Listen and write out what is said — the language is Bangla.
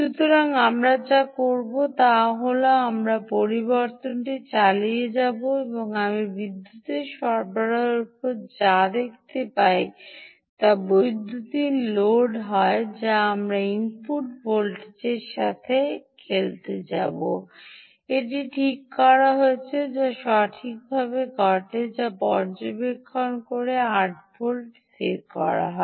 সুতরাং আমরা যা করব তা হল আমরা পরিবর্তনটি চালিয়ে যাব আমি বিদ্যুতের সরবরাহের উপরে যা দেখতে পাই তা বৈদ্যুতিন লোড হয় যা আমরা ইনপুট ভোল্টেজের সাথে খেলতে যাব এটি ঠিক করা হয়েছে যা সঠিকভাবে ঘটে তা পর্যবেক্ষণ করতে 8 ভোল্টে স্থির করা হয়